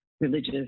religious